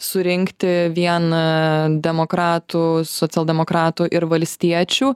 surinkti vien demokratų socialdemokratų ir valstiečių